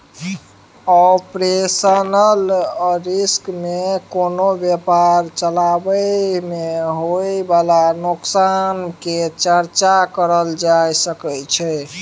operational risk में कोनो व्यापार चलाबइ में होइ बाला नोकसान के चर्चा करल जा सकइ छइ